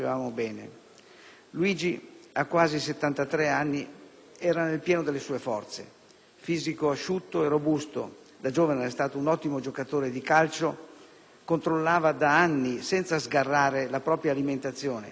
Luigi, a quasi 73 anni, era nel pieno delle sue forze: fisico asciutto e robusto (da giovane era stato un ottimo giocatore di calcio), controllava da anni, senza sgarrare, la propria alimentazione e faceva